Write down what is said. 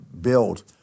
build